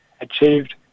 achieved